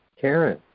Karen